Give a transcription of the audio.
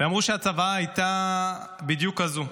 הם אמרו שהצוואה הייתה בדיוק כזו.